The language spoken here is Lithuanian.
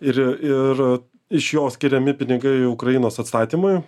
ir ir iš jo skiriami pinigai ukrainos atstatymui